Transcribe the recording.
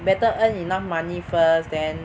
better earn enough money first then